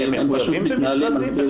הם מתנהלים על